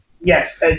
yes